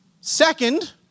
Second